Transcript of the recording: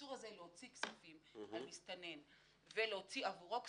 האיסור על מסתנן להוציא כספים ולהוציא עבורו כספים,